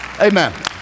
amen